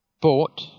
bought